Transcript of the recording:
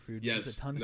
yes